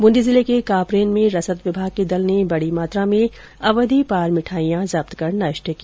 ब्रंदी जिले के कापरेन में रसद विभाग के दल ने बड़ी मात्रा में अवधिपार मिठाइयां जब्त कर नष्ट की